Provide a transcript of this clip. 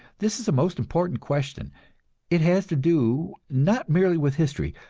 this is a most important question it has to do, not merely with history,